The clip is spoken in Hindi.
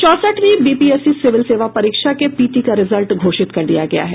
चौसठवीं बीपीएससी सीविल सेवा परीक्षा के पीटी का रिजल्ट घोषित कर दिया गया है